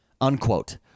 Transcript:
Unquote